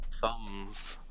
thumbs